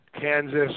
Kansas